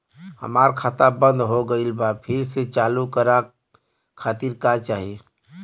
हमार खाता बंद हो गइल बा फिर से चालू करा खातिर का चाही?